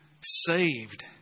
saved